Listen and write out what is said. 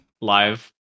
live